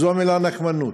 זו המילה נקמנות.